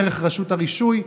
דרך רשות הרישוי.